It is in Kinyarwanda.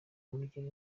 umugire